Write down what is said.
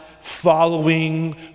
following